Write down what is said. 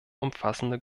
umfassende